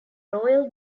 royal